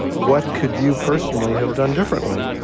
what could you personally have done differently?